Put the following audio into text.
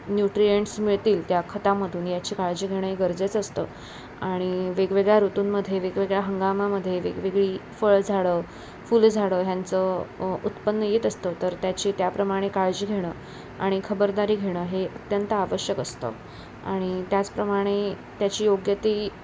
nutrients मिळतील त्या खतामधून याची काळजी घेणं हे गरजेचं असतं आणि वेगवेगळ्या ऋतूंमध्ये वेगवेगळ्या हंगामामध्ये वेगवेगळी फळझाडं फुलझाडं ह्यांचं उत्पन्न येत असतं तर त्याची त्याप्रमाणे काळजी घेणं आणि खबरदारी घेणं हे अत्यंत आवश्यक असतं आणि त्याचप्रमाणे त्याची योग्य ती